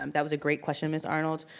um that was a great question ms. arnold,